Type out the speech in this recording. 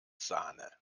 sahne